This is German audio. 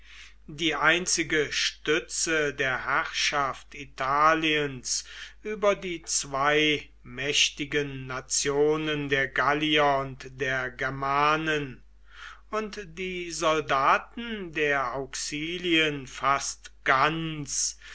die einzige stütze der herrschaft italiens über die zwei mächtigen nationen der gallier und der germanen und die soldaten der auxilien fast ganz